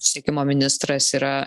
susisiekimo ministras yra